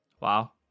Wow